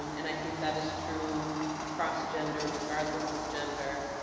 um and i think that is true across gender, regardless of gender.